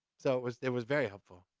so it was it was very helpful.